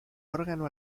órgano